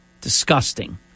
Disgusting